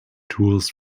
tools